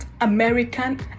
American